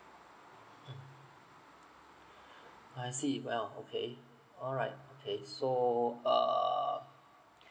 mm I see well okay alright okay so uh